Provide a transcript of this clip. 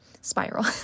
spiral